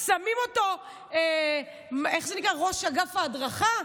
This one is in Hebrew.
שמים אותו ראש אגף ההדרכה?